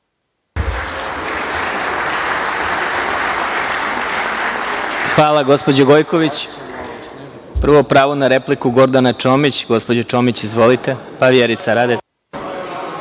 Hvala, gospođo Gojković. Prvo, pravo na repliku, Gordana Čomić. Gospođo Čomić, izvolite, pa Vjerica Radeta.